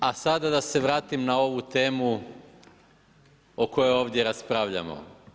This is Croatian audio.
A sada da se vratim na ovu temu o kojoj ovdje raspravljamo.